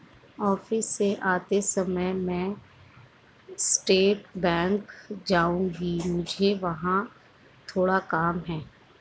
office से आते समय मैं स्टेट बैंक जाऊँगी, मुझे वहाँ थोड़ा काम है